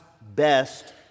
best